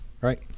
Right